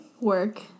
work